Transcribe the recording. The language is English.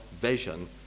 vision